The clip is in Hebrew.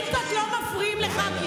מה עם אירוע השרפה אתמול במודיעין?